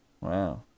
wow